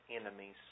enemies